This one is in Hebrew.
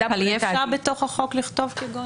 אי אפשר בתוך החוק לכתוב כגון?